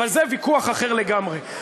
אבל זה ויכוח אחר לגמרי.